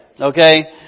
Okay